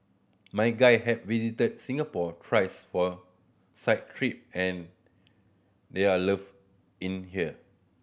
my guy have visited Singapore thrice for site trip and they are loved in here